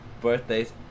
Birthdays